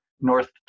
North